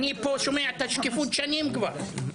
אני שומע פה את השקיפות כבר שנים.